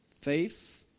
Faith